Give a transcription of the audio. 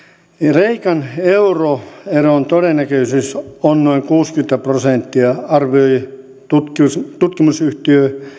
kreikan euroeron todennäköisyys on noin kuusikymmentä prosenttia arvioi tutkimusyhtiö tutkimusyhtiö